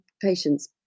patients